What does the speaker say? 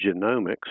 genomics